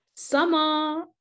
Summer